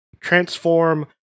transform